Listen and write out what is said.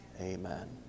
amen